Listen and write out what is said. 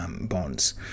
bonds